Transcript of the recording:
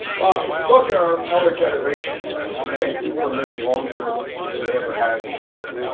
well, if you look at our elder generation now, as i said, people are living longer than they ever have before.